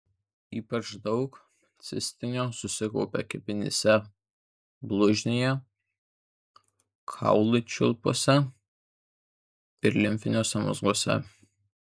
ypač daug cistino susikaupia kepenyse blužnyje kaulų čiulpuose ir limfiniuose mazguose